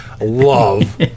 love